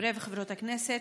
חברות וחברי הכנסת,